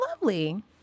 lovely